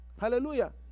Hallelujah